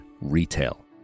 retail